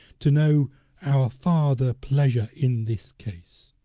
to know our farther pleasure in this case,